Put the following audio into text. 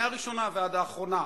מהראשונה ועד האחרונה,